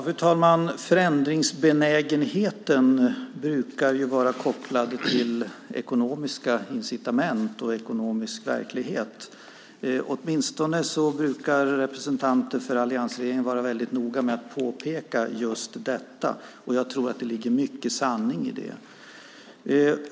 Fru talman! Förändringsbenägenheten brukar vara kopplad till ekonomiska incitament och ekonomisk verklighet. Åtminstone brukar representanter för alliansregeringen vara noga med att påpeka just detta och jag tror att det ligger mycket sanning i det.